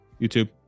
YouTube